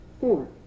Four